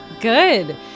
Good